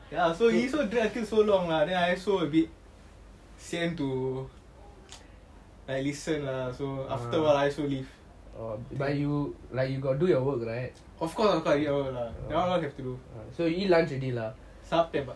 ya so he so drag until so long lah then I also a bit sian to like listen lah so after a while I also leave of course of course I got do சாப்டன்ப:saptanba